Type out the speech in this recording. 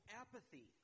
apathy